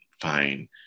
fine